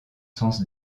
sens